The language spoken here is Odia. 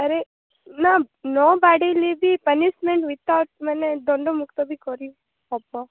ଆରେ ନା ନ ବାଡ଼େଇଲେ ବି ପନିସମେଣ୍ଟ ମାନେ ଦଣ୍ଡମୁକ୍ତ ବି କରିହେବ